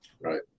right